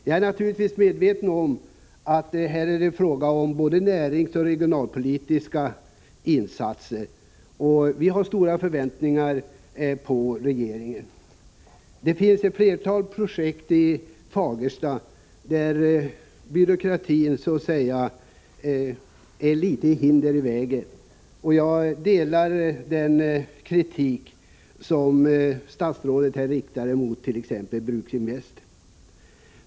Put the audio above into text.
Jag är naturligtvis medveten om att det krävs både regionalpolitiska och näringspolitiska insatser, och vi har stora förväntningar på regeringen i dessa avseenden. Det finns också ett flertal projekt i Fagersta, men byråkratin lägger här hinder i vägen. Jag delar den kritik som statsrådet riktar emot Bruksinvest.